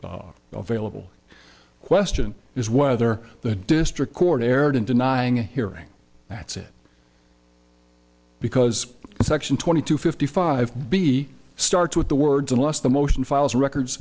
vailable question is whether the district court erred in denying hearing that's it because section twenty two fifty five b starts with the words unless the motion files records